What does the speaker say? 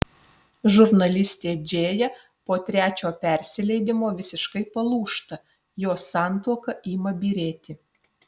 žurnalistė džėja po trečio persileidimo visiškai palūžta jos santuoka ima byrėti